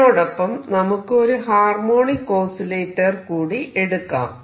ഇതിനോടൊപ്പം നമുക്ക് ഒരു ഹാർമോണിക് ഓസിലേറ്റർ കൂടി എടുക്കാം